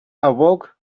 awoke